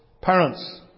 parents